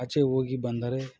ಆಚೆ ಹೋಗಿ ಬಂದರೆ